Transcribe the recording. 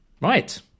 right